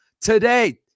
today